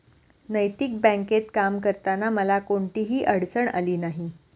नैतिक बँकेत काम करताना मला कोणतीही अडचण आली नाही